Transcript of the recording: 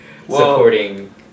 supporting